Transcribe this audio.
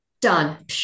Done